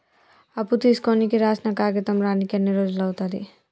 అప్పు తీసుకోనికి రాసిన కాగితం రానీకి ఎన్ని రోజులు అవుతది?